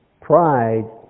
pride